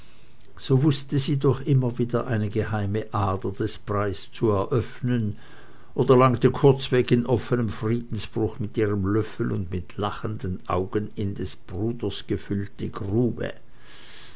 so wußte sie doch immer wieder eine geheime ader des breies zu eröffnen oder langte kurzweg in offenem friedensbruch mit ihrem löffel und mit lachenden augen in des bruders gefüllte grube